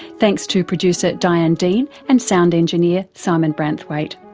thanks to producer diane dean and sound engineer simon branthwaite.